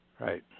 Right